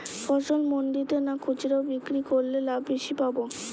ফসল মন্ডিতে না খুচরা বিক্রি করলে লাভ বেশি পাব?